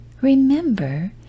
remember